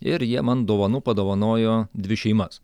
ir jie man dovanų padovanojo dvi šeimas